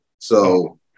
So-